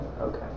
Okay